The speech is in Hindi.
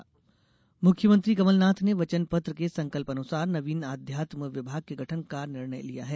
अध्यात्म विभाग मुख्यमंत्री कमलनाथ ने वचन पत्र के संकल्पानुसार नवीन अध्यात्म विभाग के गठन का निर्णय लिया है